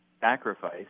sacrifice